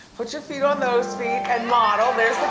put your feet on those feet and model, there's